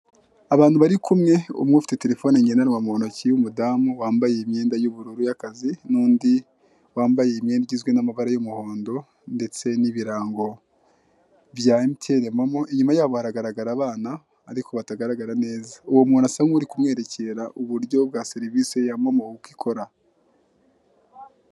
Abantu bari kumwe umwe afite terefoni ngendanwa mu ntoki, w'umudamu wambaye imyenda y'ubururu y'akazi n'undi wambaye imyanda igizwe n'amabara y'umuhondo ndetse n'ibirango bya mtn momo. Inyuma yabo haragaragara abana ariko batagaragara neza, uwo muntu asa nuri kumwerekera ubuko bwa serivise ya momo uko ikora.